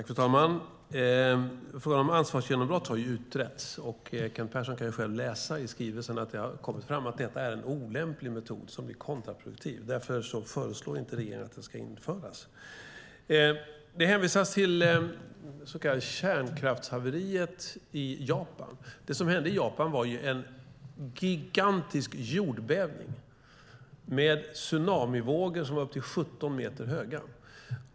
Fru talman! Frågan om ansvarsgenombrott har utretts. Kent Persson kan själv i skrivelsen läsa att det kommit fram att det är en olämplig metod, en metod som är kontraproduktiv. Därför föreslår regeringen inte ett införande av detta. Det hänvisas till det så kallade kärnkraftshaveriet i Japan. Men det som hände i Japan var en gigantisk jordbävning med tsunamivågor som var uppemot 17 meter höga.